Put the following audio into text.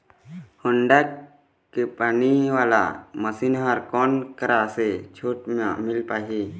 Honda के पानी वाला मशीन हर कोन करा से छूट म मिल पाही?